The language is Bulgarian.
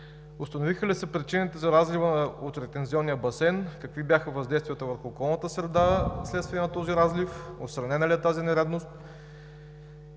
Установиха ли се причините за разлива от ретензионния басейн? Какви бяха въздействията върху околната среда вследствие на разлива? Отстранена ли е тази нередност?